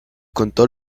contó